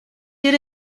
did